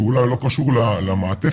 שאולי לא קשור למעטפת,